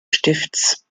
stifts